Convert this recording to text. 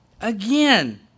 again